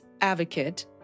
advocate